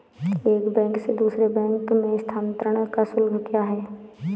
एक बैंक से दूसरे बैंक में स्थानांतरण का शुल्क क्या है?